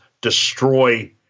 destroy